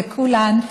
לכולן,